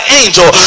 angel